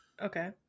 Okay